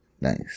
Nice